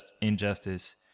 injustice